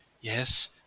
Yes